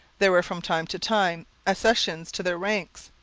there were from time to time accessions to their ranks.